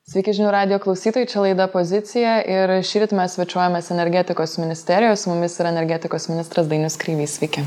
sveiki žinių radijo klausytojai čia laida pozicija ir šįryt mes svečiuojamės energetikos ministerijoj su mumis yra energetikos ministras dainius kreivys sveiki